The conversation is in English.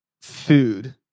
food